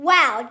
Wow